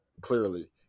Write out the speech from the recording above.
clearly